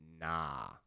nah